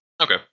Okay